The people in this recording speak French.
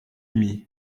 mis